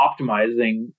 optimizing